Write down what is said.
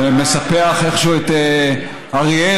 שמספח איכשהו את אריאל,